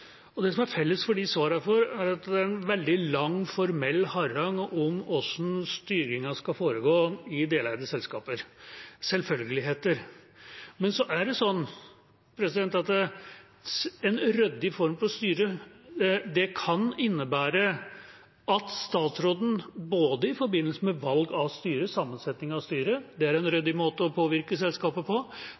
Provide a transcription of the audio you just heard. Det som er felles for de svarene vi får, er at det er en veldig lang, formell harang om hvordan styringen skal foregå i deleide selskaper – selvfølgeligheter. Men det er sånn at en ryddig form for styring både kan innebære at statsråden i forbindelse med valg av styre, sammensetning av styre, kan påvirke selskapet – det er en ryddig måte å gjøre det på